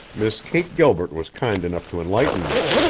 miss kate gilbert was kind enough to enlighten me.